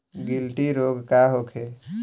गिलटी रोग का होखे?